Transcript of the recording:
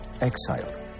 exiled